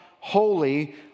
holy